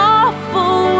awful